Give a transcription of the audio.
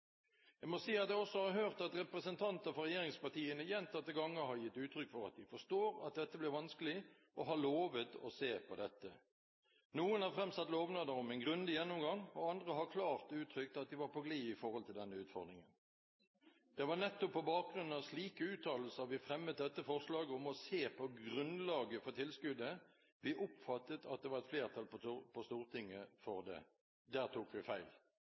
Jeg må si at jeg også har hørt at representanter for regjeringspartiene gjentatte ganger har gitt uttrykk for at de forstår at dette blir vanskelig, og har lovet å se på dette. Noen har fremsatt lovnader om en grundig gjennomgang, og andre har klart uttrykt at de var på glid i forhold til denne utfordringen. Det var nettopp på bakgrunn av slike uttalelser vi fremmet dette forslaget om å se på grunnlaget for tilskuddet – vi oppfattet at det var et flertall på Stortinget for det. Der tok vi feil!